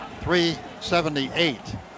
378